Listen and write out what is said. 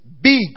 big